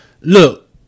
Look